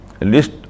list